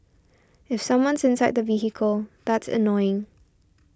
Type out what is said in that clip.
if someone's inside the vehicle that's annoying